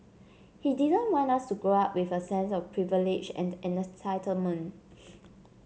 he didn't want us to grow up with a sense of privilege and entitlement